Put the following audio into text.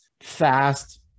fast